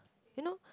you know